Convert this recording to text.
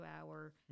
hour